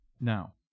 Now